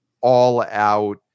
all-out